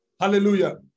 Hallelujah